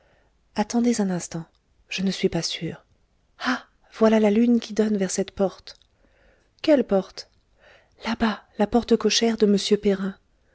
attendez un instant je ne suis pas sûre ah voilà la lune qui donne vers cette porte quelle porte là-bas la porte cochère de m perrin